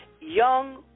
young